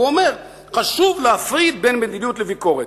הוא אומר: "חשוב להפריד בין מדיניות לביקורת.